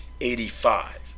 eighty-five